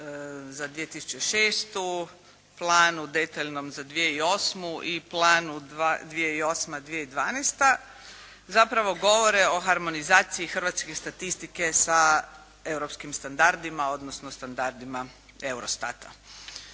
za 2006., planu detaljnom za 2008. i planu 2008.-2012. zapravo govore o harmonizaciji hrvatske statistike sa europskim standardima, odnosno standardima EUROSTAT-a.